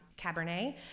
Cabernet